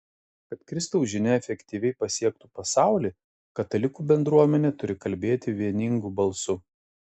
kad kristaus žinia efektyviai pasiektų pasaulį katalikų bendruomenė turi kalbėti vieningu balsu